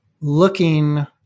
looking